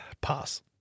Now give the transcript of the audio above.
Pass